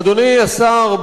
אדוני השר,